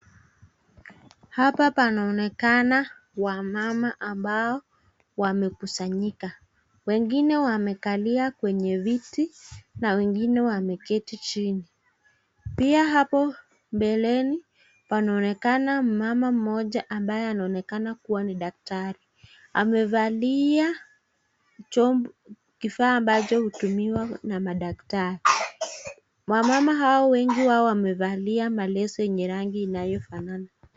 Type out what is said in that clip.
Hapa panaonekana wamama ambao wamekusanyika. Wengine wamekalia kwenye viti na wengine wameketi chini. Pia hapo mbeleni panaonekana mama mmoja ambaye anaonekana kuwa ni daktari. Amevalia chombo kifaa ambacho hutumiwa na madaktari. Wamama hao wengi wao wamevalia maleso yenye rangi inayofanana.